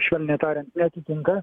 švelniai tariant neatitinka